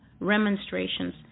remonstrations